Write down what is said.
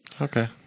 Okay